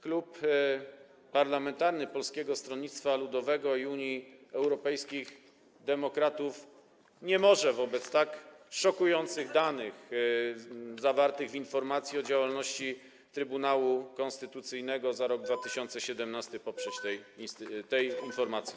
Klub Poselski Polskiego Stronnictwa Ludowego - Unii Europejskich Demokratów nie może wobec tak szokujących danych zawartych w informacji o działalności Trybunału Konstytucyjnego za rok 2017 poprzeć tej informacji.